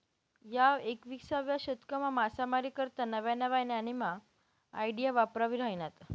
ह्या एकविसावा शतकमा मासामारी करता नव्या नव्या न्यामीन्या आयडिया वापरायी राहिन्यात